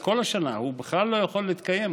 אז כל השנה הוא בכלל לא יכול להתקיים.